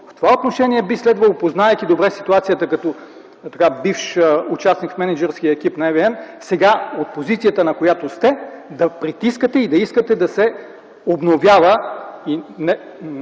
В това отношение би следвало, познавайки добре ситуацията, като бивш участник в мениджмънтския екип на EVN, сега, от позицията, на която сте, да я притискате и да искате да се обновява.